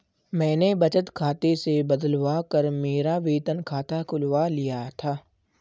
मैंने बचत खाते से बदलवा कर मेरा वेतन खाता खुलवा लिया था